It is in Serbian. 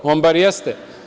On bar jeste.